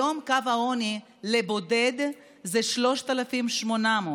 היום קו העוני לבודד זה 3,800,